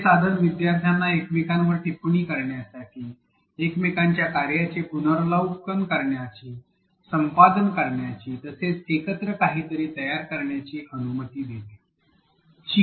हे साधन विद्यार्थ्यांना एकमेकांवर टिप्पणी करण्याची एकमेकांच्या कार्याचे पुनरावलोकन करण्याची संपादन करण्याची तसेच एकत्र काहीतरी तयार करण्याची अनुमती देते